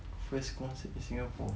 first concert in singapore